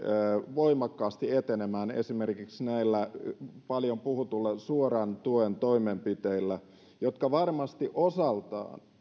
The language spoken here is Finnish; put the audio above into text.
voimakkaasti etenemään esimerkiksi näillä paljon puhutuilla suoran tuen toimenpiteillä jotka varmasti osaltaan osaltaan helpottavat